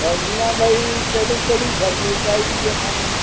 ਹੈਗੀਆਂ ਬਾਈ ਕਿਹੜੀ ਕਿਹੜੀ ਸਬਜ਼ੀ ਚਾਹੀਦੀ ਹੈ ਤੁਹਾਨੂੰ